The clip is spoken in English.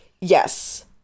Yes